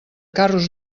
carros